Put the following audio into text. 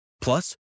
Plus